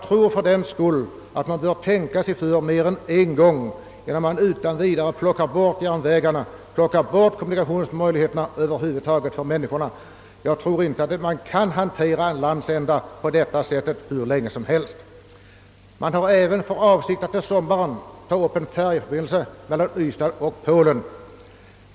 Därför bör man tänka sig för mer än en gång innan man utan vidare lägger ned järnvägarna och andra kommunikationsmedel. Man kan inte hantera en hel landsändas befolkning på detta sätt hur länge som helst. Till sommaren planerar man att också öppna färjtrafik mellan Ystad och Polen.